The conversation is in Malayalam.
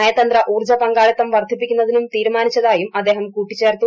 നയതന്ത്ര ഊർജ്ജ പങ്കാളിത്തം വർദ്ധിപ്പിക്കുന്നതിനും തീരുമാനിച്ചതായും അദ്ദേഹം കൂട്ടിച്ചേർത്തു